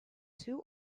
two